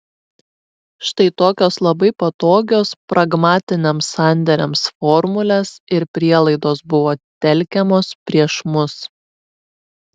štai tokios labai patogios pragmatiniams sandėriams formulės ir prielaidos buvo telkiamos prieš mus